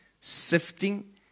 sifting